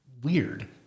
weird